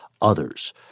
others